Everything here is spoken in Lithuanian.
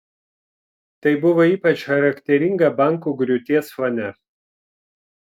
tai buvo ypač charakteringa bankų griūties fone